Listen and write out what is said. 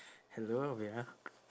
hello ya